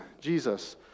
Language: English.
Jesus